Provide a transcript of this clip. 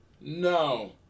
no